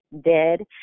dead